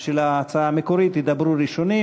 של ההצעה המקורית ידברו ראשונים.